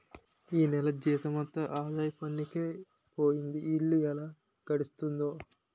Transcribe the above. ఈ నెల జీతమంతా ఆదాయ పన్నుకే పోయింది ఇల్లు ఎలా గడుస్తుందో